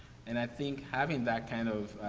and i think having that kind of,